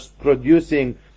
producing